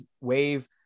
wave